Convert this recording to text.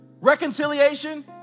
reconciliation